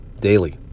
daily